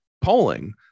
polling